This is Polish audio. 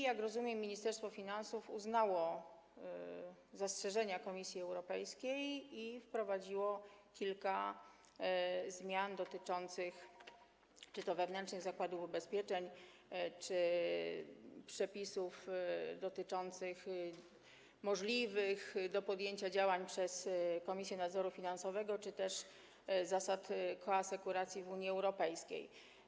Jak rozumiem, Ministerstwo Finansów uznało zastrzeżenia Komisji Europejskiej i wprowadziło kilka zmian czy to dotyczących działań wewnętrznych zakładów ubezpieczeń, czy przepisów odnoszących się do możliwych do podjęcia działań przez Komisję Nadzoru Finansowego, czy też zasad koasekuracji w Unii Europejskiej.